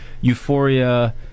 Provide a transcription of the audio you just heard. euphoria